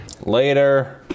Later